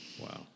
Wow